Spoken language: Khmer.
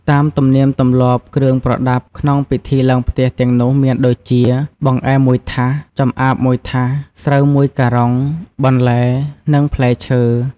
តាមទំនៀមទម្លាប់គ្រឿងប្រដាប់ក្នុងពិធីឡើងផ្ទះទាំងនោះមានដូចជា បង្អែម១ថាស ចម្អាប១ថាស ស្រូវ១ការុង បន្លែ និងផ្លែឈើ។